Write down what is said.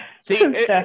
See